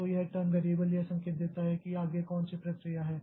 तो यह turn variable यह संकेत देता है कि आगे कौन सी प्रक्रिया है